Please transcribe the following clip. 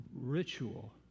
ritual